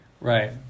Right